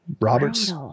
Robert's